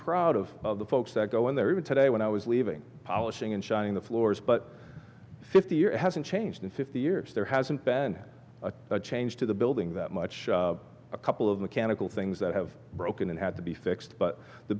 proud of the folks that go in there even today when i was leaving polishing and shining the floors but fifty years it hasn't changed in fifty years there hasn't been a change to the building that much a couple of mechanical things that have broken and had to be fixed but the